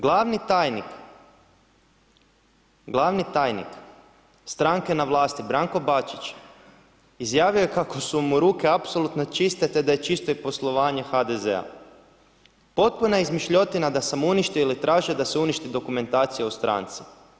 Glavni tajnik stranke na vlasti Branko Bačić, izjavio je kako su mu ruke apsolutno čiste te da je čisto poslovanje HDZ-a, potpuna izmišljotina, da sam uništio ili tražio da se uništi dokumentacija u stranci.